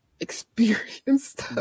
experienced